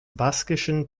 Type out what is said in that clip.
baskischen